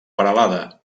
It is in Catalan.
peralada